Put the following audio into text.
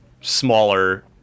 smaller